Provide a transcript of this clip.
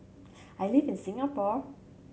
I live in Singapore